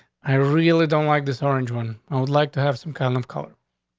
i really don't like this orange one. i would like to have some kind of color.